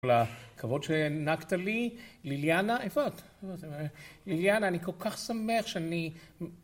כל הכבוד שהענקת לי ליליאנה איפה את ליליאנה אני כל כך שמח שאני